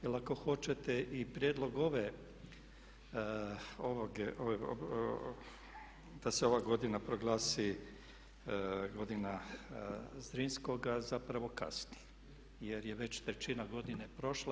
Jer ako hoćete i prijedlog ove, da se ova godina proglasi godina Zrinskoga zapravo kasni jer je već trećina godine prošla.